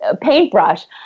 paintbrush